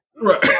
right